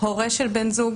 הורה של בן זוג,